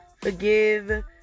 Forgive